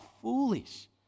foolish